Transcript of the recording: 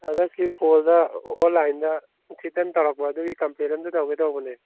ꯍꯟꯗꯀꯤ ꯐꯣꯟꯗ ꯑꯣꯟꯂꯥꯏꯟꯗ ꯊ꯭ꯔꯦꯇꯟ ꯇꯧꯔꯝꯕ ꯑꯗꯨꯒꯤ ꯀꯝꯄ꯭ꯂꯦꯟ ꯑꯝꯇ ꯇꯧꯒꯦ ꯇꯧꯕꯅꯦ